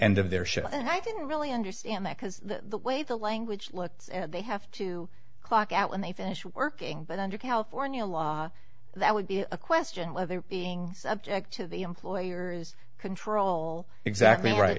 end of their shift and i didn't really understand that because the way the language looks and they have to clock out when they finish working but under california law that would be a question whether being subject to the employer is control exactly right